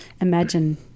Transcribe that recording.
imagine